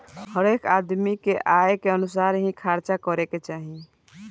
हरेक आदमी के आय के अनुसार ही खर्चा करे के चाही